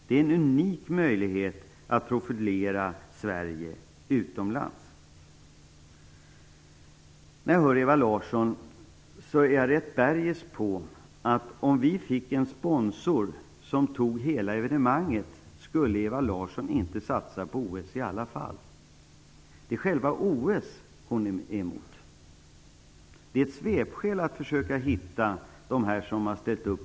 Det är en unik möjlighet att profilera När jag hör Ewa Larsson är jag rätt bergis på att om vi fick en sponsor som tog hela evenemanget så skulle Ewa Larsson ändå inte satsa på OS. Det är själva OS hon är emot. De andra sakerna är svepskäl.